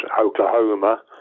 Oklahoma